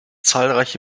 zahlreiche